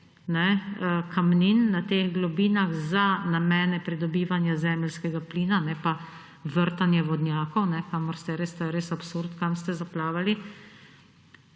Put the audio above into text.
kamnin na teh globinah za namene pridobivanja zemeljskega plina – ne pa vrtanje vodnjakov, kamor ste, res absurd, kam ste zaplavali